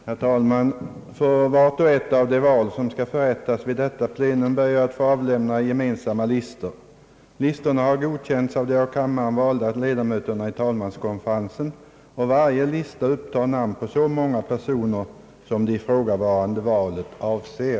Herr talman! För vart och ett av de val som skall förrättas vid detta plenum ber jag att få avlämna gemensamma listor. Listorna har godkänts av de av kammaren valda ledamöterna i talmanskonferensen, och varje lista upptar namn på så många personer som det ifrågavarande valet avser.